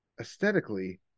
aesthetically